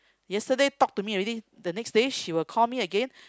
yesterday talked to me already the next day she will call me again